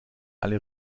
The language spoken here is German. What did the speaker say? alle